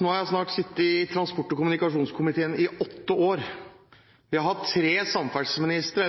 Nå har jeg sittet i transport- og kommunikasjonskomiteen i snart åtte år, og vi har hatt tre samferdselsministre